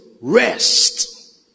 rest